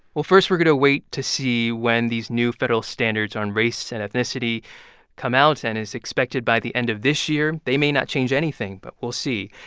well, first we're going to wait to see when these new federal standards on race and ethnicity come out. and it is expected by the end of this year. they may not change anything, but we'll see.